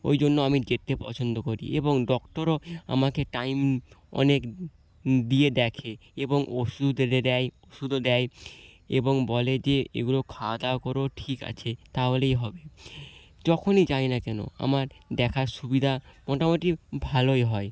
ওই জন্য আমি যেতে পছন্দ করি এবং ডক্টরও আমাকে টাইম অনেক দিয়ে দেখে এবং ওষুধ এনে দেয় ওষুধও দেয় এবং বলে যে এগুলো খাওয়া দাওয়া করো ঠিক আছে তাহলেই হবে যখনই যাই না কেনো আমার দেখার সুবিধা মোটামোটি ভালোই হয়